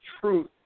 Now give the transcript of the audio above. truth